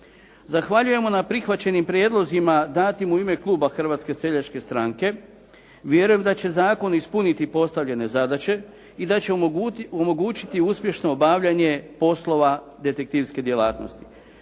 Zahvaljujemo na prihvaćenim prijedlozima datim u ime kluba Hrvatske seljačke stranke. Vjerujem da će zakon ispuniti postavljene zadaće i da će omogućiti uspješno obavljanje poslova detektivske djelatnosti.